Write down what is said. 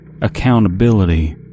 Accountability